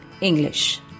English